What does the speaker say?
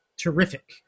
Terrific